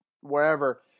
wherever